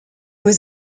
was